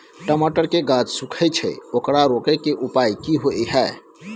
टमाटर के गाछ सूखे छै ओकरा रोके के उपाय कि होय है?